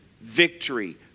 victory